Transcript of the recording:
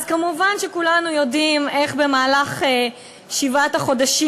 אז מובן שכולנו יודעים איך בשבעת החודשים